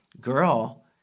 girl